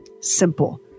Simple